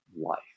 life